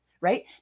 right